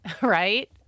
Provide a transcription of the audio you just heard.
Right